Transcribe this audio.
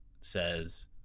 says